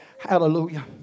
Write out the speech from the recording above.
Hallelujah